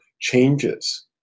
changes